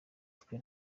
twe